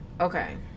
Okay